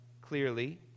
clearly